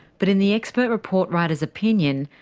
but in the expert report writer's opinion,